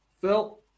Phil